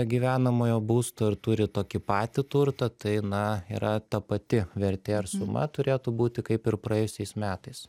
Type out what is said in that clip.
gyvenamojo būsto ir turi tokį patį turtą tai na yra ta pati vertė ar suma turėtų būti kaip ir praėjusiais metais